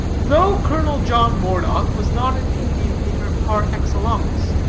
though colonel john moredock was not an indian-hater par excellence,